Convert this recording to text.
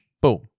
boom